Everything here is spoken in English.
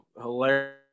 hilarious